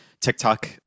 TikTok